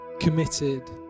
committed